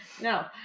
No